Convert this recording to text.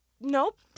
Nope